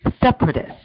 separatist